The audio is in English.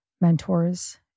mentors